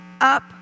up